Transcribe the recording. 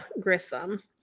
Grissom